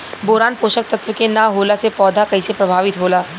Boron पोषक तत्व के न होला से पौधा कईसे प्रभावित होला?